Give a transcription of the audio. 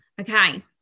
Okay